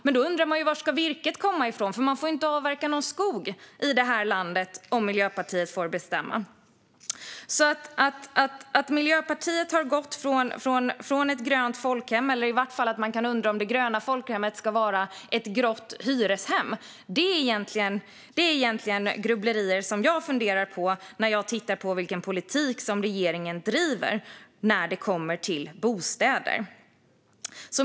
Men då undrar man ju var virket ska komma ifrån, för vi får ju inte avverka någon skog i det här landet om Miljöpartiet får bestämma. Om Miljöpartiet har gått från ett grönt folkhem till att folkhemmet ska vara ett grått hyreshem, det är sådant som jag grubblar på när jag tittar på vilken politik regeringen driver när det gäller bostäder.